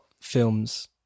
films